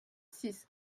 six